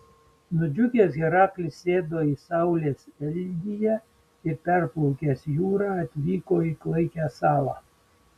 nudžiugęs heraklis sėdo į saulės eldiją ir perplaukęs jūrą atvyko į klaikią salą